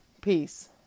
Peace